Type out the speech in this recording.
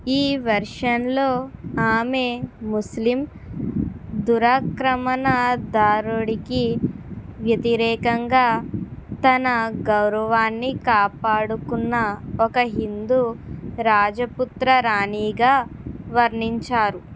ఈ వర్షన్లో ఆమె ముస్లిం దురాక్రమణదారుడికి వ్యతిరేకంగా తన గౌరవాన్ని కాపాడుకున్న ఒక హిందూ రాజపుత్ర రాణిగా వర్ణించారు